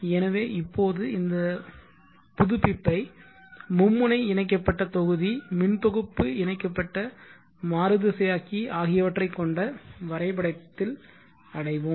எனவே இப்போது இந்த புதுப்பிப்பை மும்முனை இணைக்கப்பட்ட தொகுதி மின் தொகுப்பு இணைக்கப்பட்ட மாறுதிசையாக்கி ஆகியவற்றை கொண்ட வரைபடத்தில் அடைவோம்